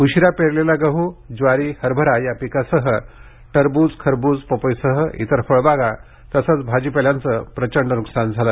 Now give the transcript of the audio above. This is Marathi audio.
उशीरा पेरलेला गहू ज्वारी हरभरा या पिकासह टरबूज खरबूज पपईसह इतर फळबागा तसंच भाजी पाल्याचे प्रचंड नुकसान झालं